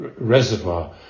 reservoir